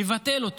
מבטל אותו,